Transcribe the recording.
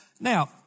Now